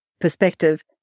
perspective